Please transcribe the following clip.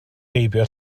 heibio